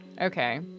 Okay